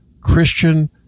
Christian